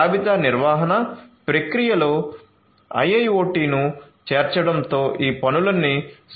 జాబితా నిర్వహణ ప్రక్రియలో IIoT ను చేర్చడంతో ఈ పనులన్నీ సమర్థవంతంగా చేయవచ్చు